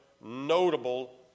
notable